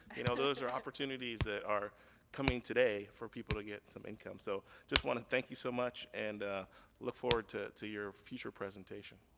you know those are opportunities that are coming today for people to get some income. so just want to thank you so much and look forward to to your future presentation.